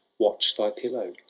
watch thy pillow,